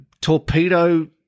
torpedo